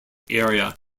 area